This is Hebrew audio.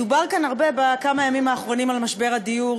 דובר כאן הרבה בכמה ימים האחרונים על משבר הדיור,